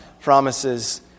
promises